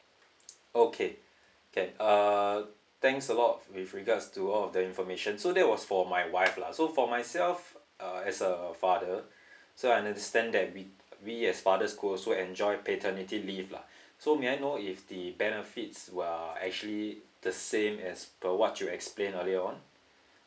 okay can uh thanks a lot with regards to all of the information so that was for my wife lah so for myself uh as a father so I understand that we we as father will also enjoyed paternity leave lah so may I know if the benefits are uh actually the same as per what you explain earlier on